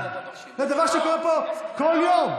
זה דבר שקורה פה כל יום.